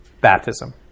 baptism